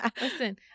Listen